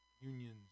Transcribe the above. unions